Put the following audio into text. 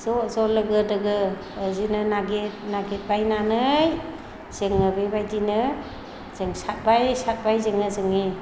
ज'ज' लोगो दोगो बिदिनो नागिर नागिरबायनानै जोङो बेबायदिनो जों सारबाय सारबाय जोङो जोंनि